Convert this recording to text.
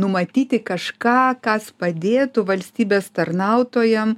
numatyti kažką kas padėtų valstybės tarnautojam